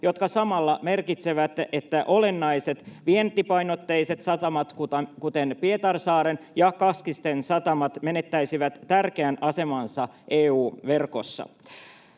jotka samalla merkitsevät, että olennaiset vientipainotteiset satamat, kuten Pietarsaaren ja Kaskisten satamat, menettäisivät tärkeän asemansa EU-verkossa.